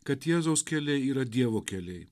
kad jėzaus keliai yra dievo keliai